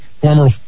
former